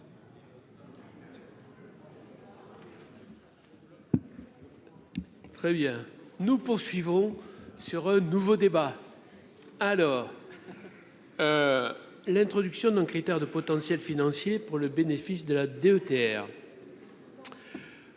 Très bien, nous poursuivons sur un nouveau débat alors l'introduction d'un critère de potentiel financier pour le bénéfice de la DETR.